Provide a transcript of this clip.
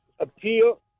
appeal